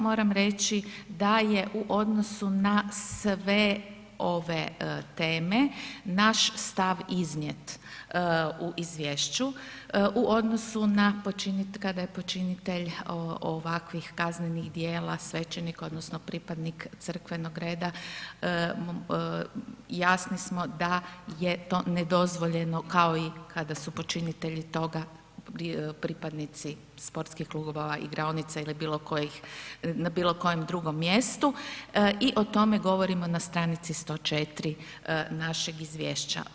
Moram reći da je u odnosu na sve ove teme naš stav iznijet u izvješću u odnosu kada je počinitelj ovakvih kaznenih djela svećenik odnosno pripadnik crkvenog reda jasni smo da je to nedozvoljeno kao i kada su počinitelji toga pripadnici sportskih klubova, igraonica ili bilo kojih, na bilo kojem drugom mjestu i o tome govorimo na stranci 104. našeg izvješća.